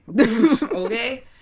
Okay